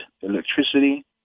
electricity